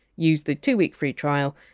use the two week free trial,